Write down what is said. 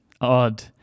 odd